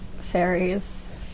fairies